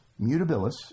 mutabilis